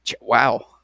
Wow